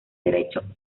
derecho